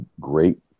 great